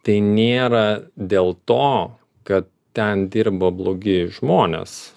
tai nėra dėl to kad ten dirbo blogi žmonės